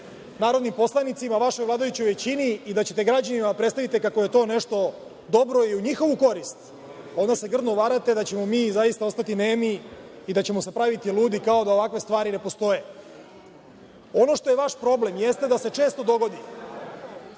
narodnim poslanicima, vašoj vladajućoj većini i da ćete građanima da predstavite kako je to nešto dobro i u njihovu korist, onda se grdno varate da ćemo mi zaista ostati nemi i da ćemo se praviti ludi kao da ovakve stvari ne postoje. Ono što je vaš problem jeste da se često dogodi